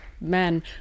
men